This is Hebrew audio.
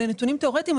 אה הנתונים תיאורטיים.